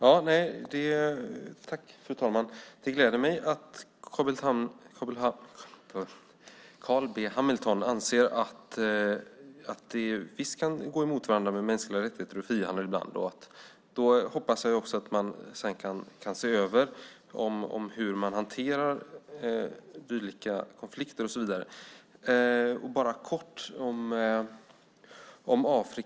Fru talman! Det gläder mig att Carl B Hamilton anser att mänskliga rättigheter och frihandel ibland visst kan stå i motsättning till varandra. Därför hoppas jag att man också kan se över hur man ska hantera konflikter och så vidare. Låt mig kort säga något om Afrika.